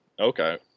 okay